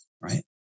right